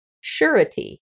surety